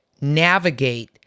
navigate